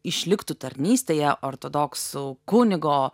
išliktų tarnystėje ortodoksų kunigo